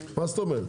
מה זאת אומרת?